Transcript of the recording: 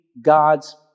God's